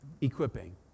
Equipping